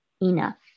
enough